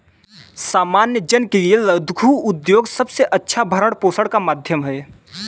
सामान्य जन के लिये लघु उद्योग सबसे अच्छा भरण पोषण का माध्यम है